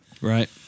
right